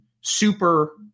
super